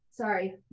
sorry